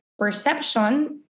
perception